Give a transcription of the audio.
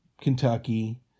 Kentucky